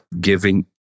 giving